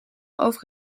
over